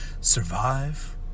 survive